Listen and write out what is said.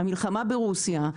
המלחמה ברוסיה,